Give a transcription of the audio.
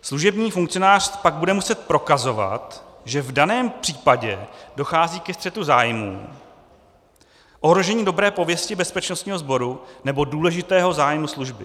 Služební funkcionář pak bude muset prokazovat, že v daném případě dochází ke střetu zájmů, ohrožení dobré pověsti bezpečnostního sboru nebo důležitého zájmu služby.